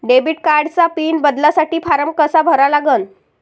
Debit कार्डचा PIN बदलासाठी form कसा भरा लागन?